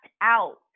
out